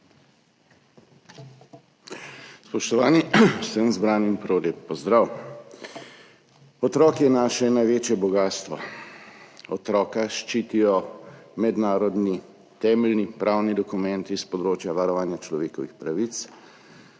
Spoštovani, vsem zbranim prav lep pozdrav! Otrok je naše največje bogastvo. Otroka ščitijo mednarodni temeljni pravni dokumenti s področja varovanja človekovih pravic